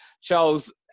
Charles